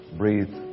breathe